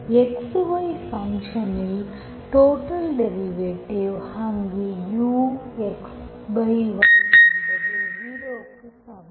x y ஃபங்சன்இன் total derivative அங்கு u xy என்பது 0 க்கு சமம்